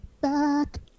back